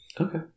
Okay